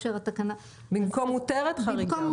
במקום "מותרת", "חריגה".